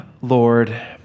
Lord